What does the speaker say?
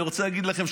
אני רוצה להגיד לכם,